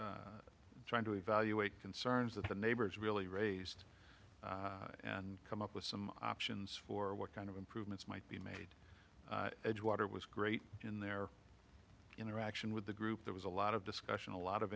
trying to evaluate concerns that the neighbors really raised and come up with some options for what kind of improvements might be made edgewater was great in their interaction with the group there was a lot of discussion a lot of